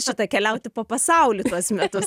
šita keliauti po pasaulį tuos metus